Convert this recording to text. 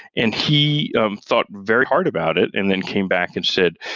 and he um thought very hard about it and then came back and said,